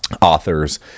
Authors